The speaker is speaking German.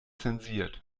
zensiert